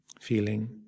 feeling